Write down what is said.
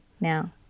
now